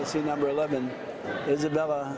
the seed number eleven isabella